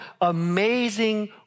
amazing